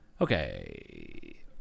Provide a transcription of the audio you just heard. Okay